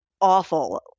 awful